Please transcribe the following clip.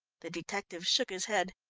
the detective shook his head.